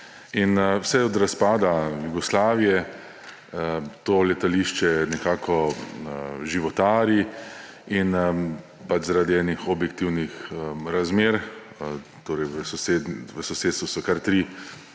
Vse od razpada Jugoslavije to letališče nekako životari in pač zaradi enih objektivnih razmer – torej v sosedstvu so kar tri